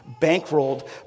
bankrolled